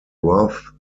roth